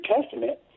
Testament